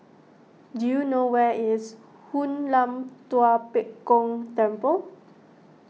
do you know where is Hoon Lam Tua Pek Kong Temple